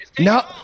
No